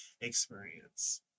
experience